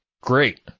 great